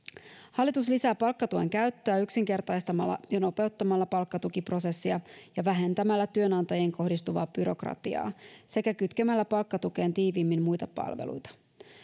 hallitus lisää palkkatuen käyttöä yksinkertaistamalla ja nopeuttamalla palkkatukiprosessia ja vähentämällä työnantajiin kohdistuvaa byrokratiaa sekä kytkemällä palkkatukeen tiiviimmin muita palveluita